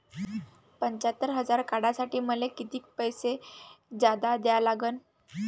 पंच्यात्तर हजार काढासाठी मले कितीक पैसे जादा द्या लागन?